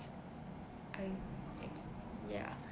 uh like yeah